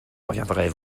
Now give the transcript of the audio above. reviendrai